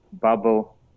bubble